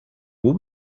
what